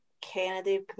Kennedy